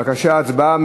בבקשה, הצבעה.